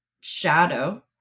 shadow